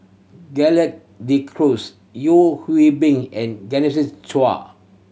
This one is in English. Gerald De Cruz Yeo Hwee Bin and Chua